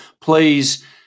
please